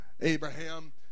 Abraham